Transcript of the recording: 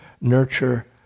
nurture